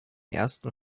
ersten